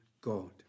God